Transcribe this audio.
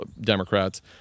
democrats